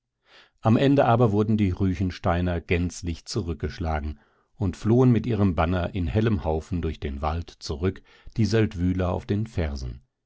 am ende aber wurden die ruechensteiner gänzlich zurückgeschlagen und flohen mit ihrem banner in hellem haufen durch den wald zurück die seldwyler auf den fersen